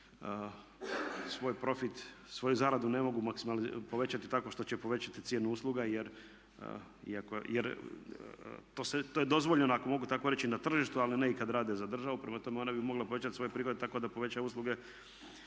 svoju zaradu ne mogu povećati tako što će povećati cijenu usluga jer to je dozvoljeno ako mogu tako reći na tržištu ali ne i kad rade za državu. Prema tome, ona bi mogla povećati svoje prihode tako da poveća cijenu